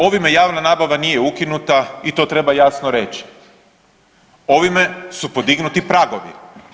Ovime javna nabava nije ukinuta i to treba jasno reći, ovime su podignuti pragovi.